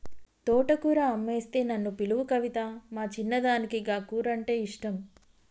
తోటకూర అమ్మొస్తే నన్ను పిలువు కవితా, మా చిన్నదానికి గా కూరంటే ఇష్టం